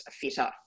fitter